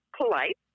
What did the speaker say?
polite